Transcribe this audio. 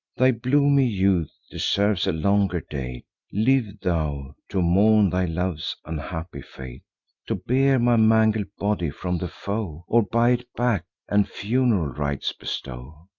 thy bloomy youth deserves a longer date live thou to mourn thy love's unhappy fate to bear my mangled body from the foe, or buy it back, and fun'ral rites bestow.